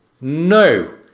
No